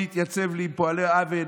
"מי יתיַצב לי עם פֹּעלי אוֶן",